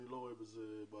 אני לא רואה בזה בעיה.